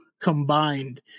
combined